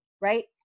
Right